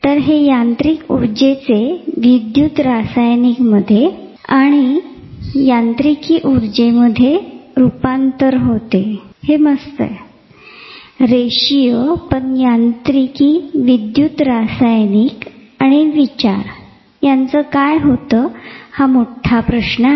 तर हे यांत्रिकी उर्जेचे विद्युत रासायनिकमध्ये आणि पुन्हा यांत्रिकी ऊर्जेमध्ये रुपांतर हे रेषीय आहे पण यांत्रिकी विद्युत रासायनिक आणि विचार यांचे काय होते हा मोठा प्रश्न आहे का